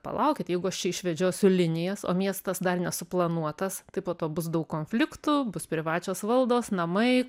palaukit jeigu aš čia išvedžiosiu linijas o miestas dar nesuplanuotas tai po to bus daug konfliktų bus privačios valdos namai